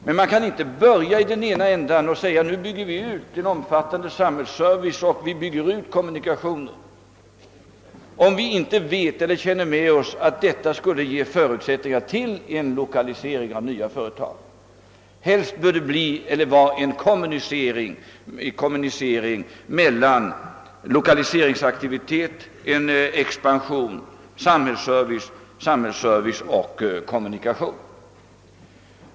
Men man kan inte börja i den ena änden och bygga ut en omfattande samhällsservice och goda kommunikationer, om vi inte är övertygade om att detta ger förutsättningar för en lokalisering av nya företag. Helst bör det vara en kommunicering mellan lokaliseringsaktiviteten, samhällsservicen och kommunikationerna.